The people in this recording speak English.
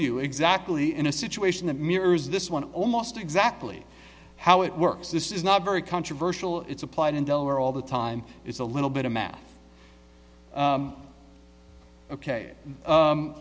you exactly in a situation that mirrors this one almost exactly how it works this is not very controversial it's applied in delaware all the time it's a little bit of math